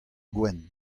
gwenn